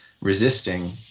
resisting